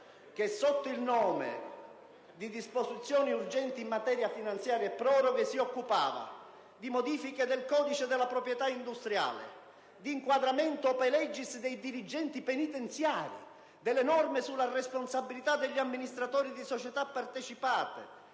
legislative e disposizioni urgenti in materia finanziaria», si occupava di: modifiche del codice della proprietà industriale; inquadramento *ope legis* dei dirigenti penitenziari; norme sulla responsabilità degli amministratori di società partecipate;